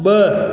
ब॒